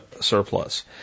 surplus